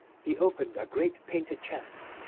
he opened a great painted chest,